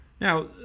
Now